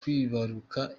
kwibaruka